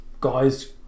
guys